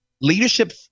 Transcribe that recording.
Leadership